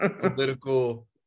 political